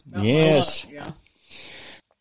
Yes